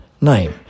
Name